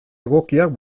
egokiak